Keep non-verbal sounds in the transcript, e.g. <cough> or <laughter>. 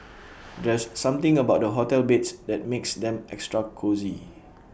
<noise> there's something about the hotel beds that makes them extra cosy